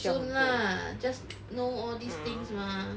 soon lah just know all these things mah